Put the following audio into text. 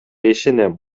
ишенем